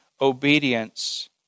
obedience